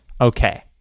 Okay